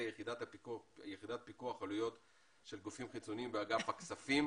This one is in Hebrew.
יחידת פיקוח עלויות של גופים חיצוניים באגף הכספים.